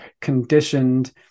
conditioned